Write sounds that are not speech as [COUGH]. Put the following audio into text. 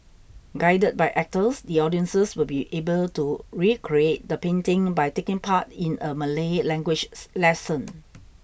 guided by actors the audiences will be able to recreate the painting by taking part in a Malay language [UNINTELLIGIBLE] lesson